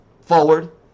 forward